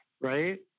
right